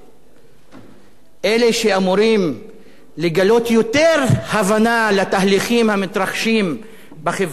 אלה שאמורים לגלות יותר הבנה לתהליכים המתרחשים בחברה הערבית-פלסטינית